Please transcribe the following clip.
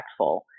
impactful